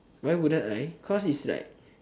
why wouldn't I cause it's like